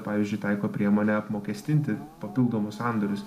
pavyzdžiui taiko priemonę apmokestinti papildomus sandorius